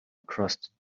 across